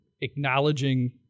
acknowledging